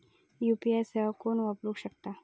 UPI सेवा कोण वापरू शकता?